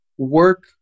work